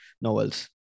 novels